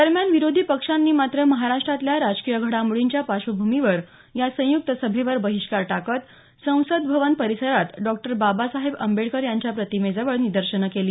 दरम्यान विरोधी पक्षांनी मात्र महाराष्ट्रातल्या राजकीय घडामोडींच्या पार्श्वभूमीवर या संयुक्त सभेवर बहिष्कार टाकत संसद भवन परिसरात डॉ बाबासाहेब आंबेडकर यांच्या प्रतिमेजवळ निदर्शनं केली